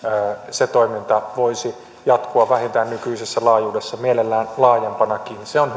toiminta voisi jatkua vähintään nykyisessä laajuudessaan mielellään laajempanakin se on